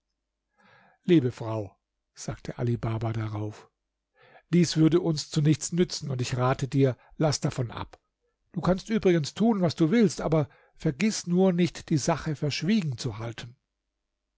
liebe frau sagte ali baba darauf dies würde uns zu nichts nützen und ich rate dir laß davon ab du kannst übrigens tun was du willst aber vergiß nur nicht die sache verschwiegen zu halten